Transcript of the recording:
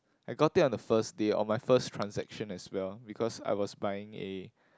I got it on the first day on my first transaction as well because I was buying a